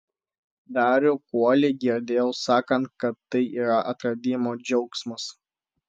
darių kuolį girdėjau sakant kad tai yra atradimo džiaugsmas